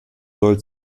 soll